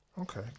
Okay